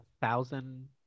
Thousand